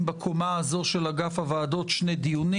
בקומה הזו של אגף הוועדות שני דיונים.